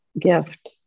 gift